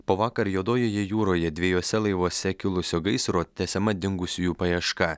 po vakar juodojoje jūroje dviejuose laivuose kilusio gaisro tęsiama dingusiųjų paieška